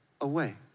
away